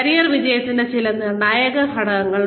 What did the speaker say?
career വിജയത്തിന്റെ ചില നിർണ്ണായക ഘടകങ്ങൾ